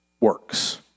works